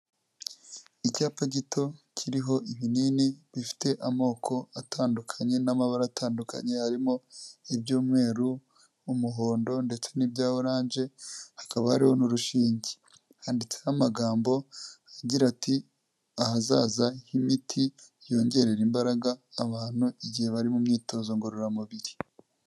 Icyapa gito kiriho ibinini bifite amoko atandukanye n'amabara atandukanye, harimo iby'umweru, umuhondo, ndetse n'ibya oranje, hakaba hariho n'urushinge, handitseho amagambo agira ati ahazaza h'imiti yongerera imbaraga abantu igihe bari mu myitozo ngororamubiri.